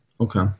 okay